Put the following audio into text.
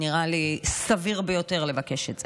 נראה לי סביר ביותר לבקש את זה.